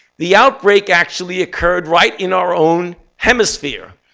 the outbreak actually occurred right in our own hemisphere.